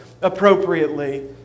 appropriately